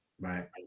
right